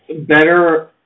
better